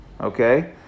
Okay